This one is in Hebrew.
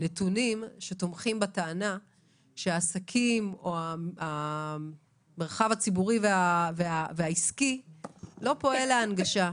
נתונים שתומכים בטענה שהעסקים או המרחב הציבורי והעסקי לא פועל להנגשה.